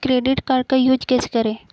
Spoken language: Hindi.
क्रेडिट कार्ड का यूज कैसे करें?